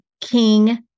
king